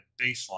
baseline